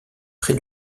près